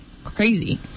Crazy